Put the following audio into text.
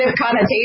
connotation